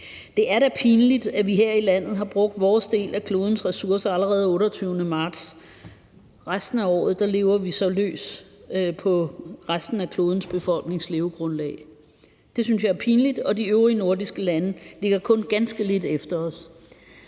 Det er da pinligt, at vi her i landet har brugt vores del af klodens ressourcer allerede den 28. marts. Resten af året bruger vi så løs af resten af klodens befolknings levegrundlag. Det synes jeg er pinligt, og de øvrige nordiske lande ligger kun ganske lidt efter os.